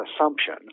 assumption